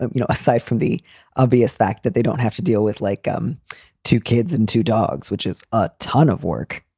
and you know, aside from the obvious fact that they don't have to deal with like them um two kids and two dogs, which is a ton of work,